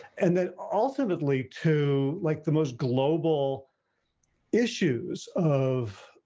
and then ultimately to like the most global issues of,